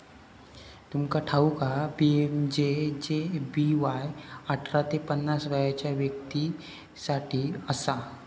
तुमका ठाऊक हा पी.एम.जे.जे.बी.वाय अठरा ते पन्नास वर्षाच्या व्यक्तीं साठी असा